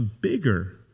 bigger